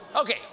Okay